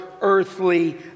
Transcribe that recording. earthly